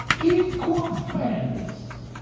equal fairness.